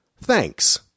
Thanks